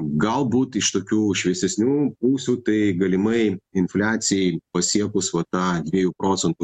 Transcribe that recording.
galbūt iš tokių šviesesnių ūsų tai galimai infliacijai pasiekus vat tą dviejų procentų